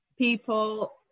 People